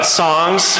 songs